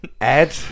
Ed